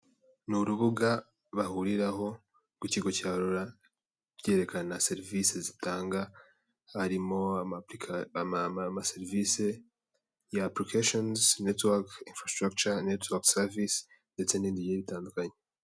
Ni urubuga bahuriraho ku kigo cya rura byerekana serivisi zitanga, harimo amaserivisi y'amapulikasheni netiwake imfarasitarakica, netiwake savisizi detse n'ibindige bigiye bitandukanye.